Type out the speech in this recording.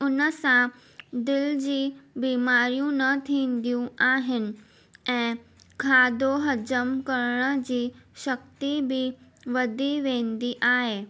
उन सां दिलि जी बीमारियूं न थींदियूं आहिनि ऐं खाधो हजम करण जी शक्ती बि वधी वेंदी आहे